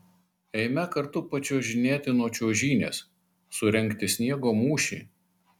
eime kartu pačiuožinėti nuo čiuožynės surengti sniego mūšį